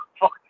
fuck